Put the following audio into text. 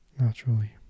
naturally